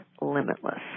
limitless